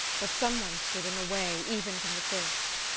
but someone stood in the way even from the first.